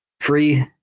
free